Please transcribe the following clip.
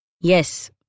Yes